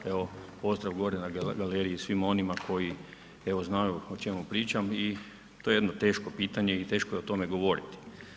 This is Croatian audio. Evo, pozdrav gore na galeriji svima onima koji evo znaju o čemu pričam i to je jedno teško pitanje i teško je o tome govoriti.